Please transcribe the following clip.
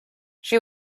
she